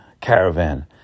caravan